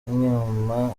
inyuma